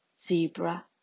Zebra